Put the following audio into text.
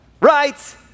right